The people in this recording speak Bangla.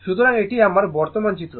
সুতরাং এটি আমার বর্তমান চিত্র